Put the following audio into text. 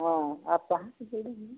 हाँ आप कहाँ से बोल रही हैं मैडम